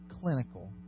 clinical